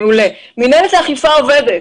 היא עובדת.